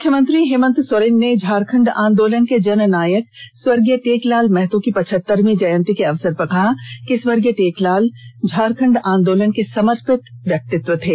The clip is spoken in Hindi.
मुख्यमंत्री हेमन्त सोरने ने झारखंड आन्दोलन के जन नायक स्वर्गीय टेकलाल महतोकी पचहत्तरवीं जयंती के अवसर पर कहा है कि स्वर्गीय टेकलाल झारखंड आन्दोलन के समर्पित व्यक्तित्व थे